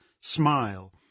smile